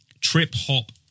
trip-hop